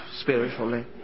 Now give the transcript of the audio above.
spiritually